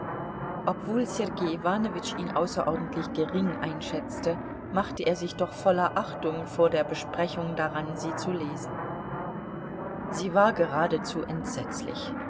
obwohl sergei iwanowitsch ihn außerordentlich gering einschätzte machte er sich doch voller achtung vor der besprechung daran sie zu lesen sie war geradezu entsetzlich